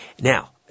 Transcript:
Now